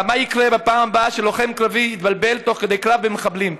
מה יקרה בפעם הבאה שלוחם קרבי יתבלבל תוך כדי קרב במחבלים?